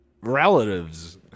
relatives